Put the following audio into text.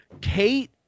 kate